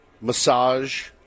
massage